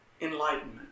enlightenment